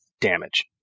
damage